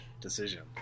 decision